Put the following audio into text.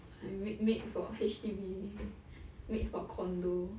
I'm made made for H_D_B made for condo